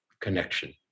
connection